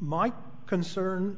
my concern